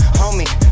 homie